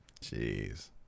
Jeez